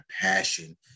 passion